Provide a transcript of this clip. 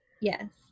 Yes